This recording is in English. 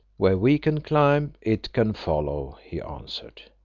where we can climb, it can follow, he answered.